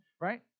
right